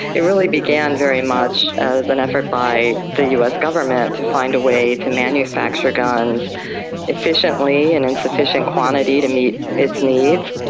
it really began very much as an effort by the us government to find a way to manufacture guns efficiently and in sufficient quantity to meet its needs.